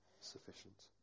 sufficient